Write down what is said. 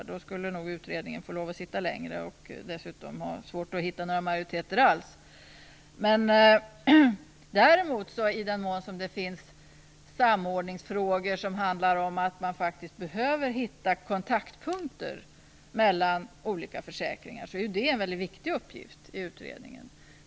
I så fall skulle nog utredningen få lov att sitta längre och dessutom få svårt att hitta några majoriteter alls. I den mån det finns samordningsfrågor som handlar om att man faktiskt behöver hitta kontaktpunkter mellan olika försäkringar är dessa däremot en väldigt viktig uppgift för utredningen.